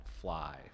fly